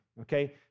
Okay